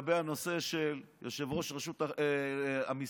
לנושא של יושב-ראש רשות המיסים,